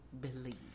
believe